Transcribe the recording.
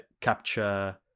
capture